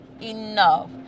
enough